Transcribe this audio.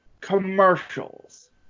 commercials